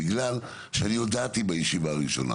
בגלל שאני הודעתי בישיבה הראשונה